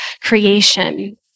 creation